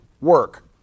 work